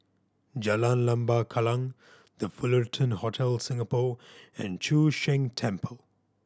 Jalan Lembah Kallang The Fullerton Hotel Singapore and Chu Sheng Temple